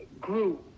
grew